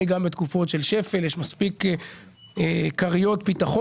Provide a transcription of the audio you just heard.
גם לתקופות של שפל כי יש לך מספיק כריות ביטחון.